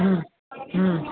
हम्म हम्म